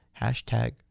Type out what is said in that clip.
Hashtag